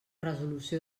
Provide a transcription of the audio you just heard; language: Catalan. resolució